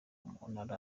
umuntu